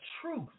truth